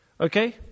Okay